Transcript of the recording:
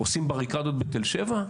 עושים בריקדות בתל שבע?